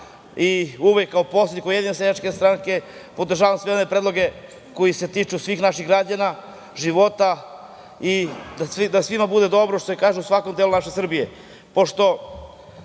i uvek kao poslanik Ujedinjene seljačke stranke podržavam sve one predloge koji se tiču svih naših građana, života i da svima bude dobro, u svakom delu naše Srbije. Pošto